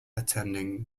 attending